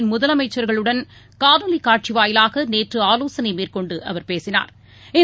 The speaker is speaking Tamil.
இந்த நோய் முதலமைச்சா்களுடன் காணொலிகாட்சிவாயிலாகநேற்றுஆவோசனைமேற்கொண்டுஅவா் பேசினாா்